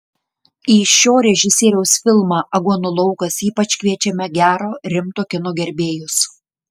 į šio režisieriaus filmą aguonų laukas ypač kviečiame gero rimto kino gerbėjus